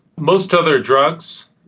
most other drugs,